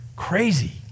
crazy